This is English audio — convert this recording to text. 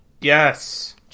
Yes